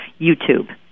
YouTube